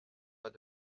pas